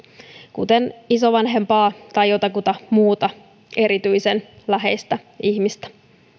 kuten isovanhempaa tai jotakuta muuta erityisen läheistä ihmistä